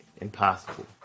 impossible